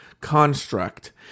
construct